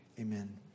Amen